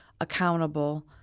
accountable